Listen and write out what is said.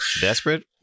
Desperate